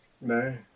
No